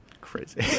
crazy